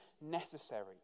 necessary